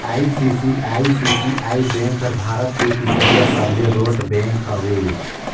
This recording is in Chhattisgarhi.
आई.सी.आई.सी.आई बेंक हर भारत के तीसरईया सबले रोट बेंक हवे